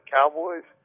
Cowboys